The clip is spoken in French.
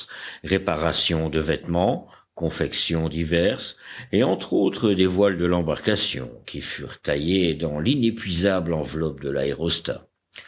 réparation de vêtements confections diverses et entre autres des voiles de l'embarcation qui furent taillées dans l'inépuisable enveloppe de l'aérostat